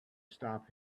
stop